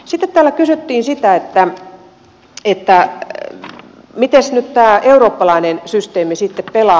sitten täällä kysyttiin sitä että mites nyt tämä eurooppalainen systeemi sitten pelaa